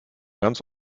ganz